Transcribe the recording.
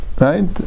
right